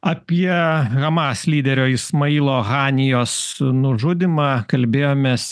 apie hamas lyderio ismailo hanijos nužudymą kalbėjomės